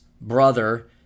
brother